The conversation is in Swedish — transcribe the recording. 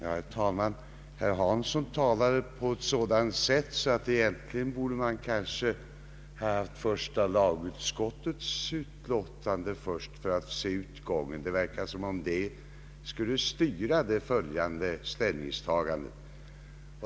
Herr talman! Herr Hansson talade på ett sådant sätt att man egentligen borde haft första lagutskottets utlåtande framför sig för att se utgången. Det verkar som om det skulle styra det följande ställningstagandet.